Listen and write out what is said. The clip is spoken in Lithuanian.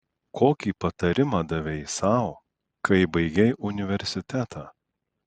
kokį patarimą davei sau kai baigei universitetą